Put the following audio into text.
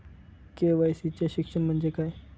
KYC चे शिक्षण म्हणजे काय?